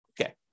Okay